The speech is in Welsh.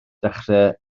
dechrau